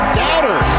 doubter